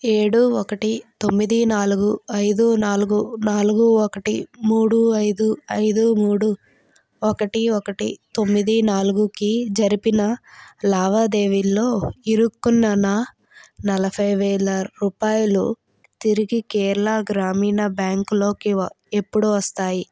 ఏడు ఒకటి తొమ్మిది నాలుగు ఐదు నాలుగు నాలుగు ఒకటి మూడు ఐదు ఐదు మూడు ఒకటి ఒకటి తొమ్మిది నాలుగుకి జరిపిన లావాదేవీలో ఇరుక్కున్న నా నలభై వేల రూపాయలు తిరిగి కేరళ గ్రామీణ బ్యాంక్లోకి ఎప్పుడు వస్తాయి